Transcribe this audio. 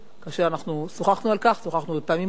כאשר אנחנו שוחחנו על כך, שוחחנו פעמים רבות,